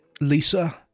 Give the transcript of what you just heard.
Lisa